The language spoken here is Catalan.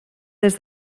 des